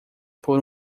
por